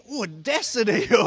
audacity